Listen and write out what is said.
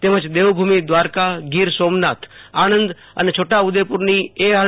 તેમજ દેવભૂ મિ વ્રારકાંગીર સોમનાથઆણંદ અને છોટાઉદેપુ રની એઆર